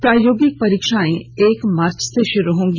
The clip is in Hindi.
प्रायोगिक परीक्षाएं एक मार्च से शुरू होंगी